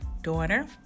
daughter